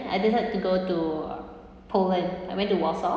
I decided to go to poland I went to warsaw